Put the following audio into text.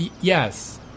yes